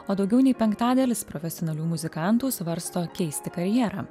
o daugiau nei penktadalis profesionalių muzikantų svarsto keisti karjerą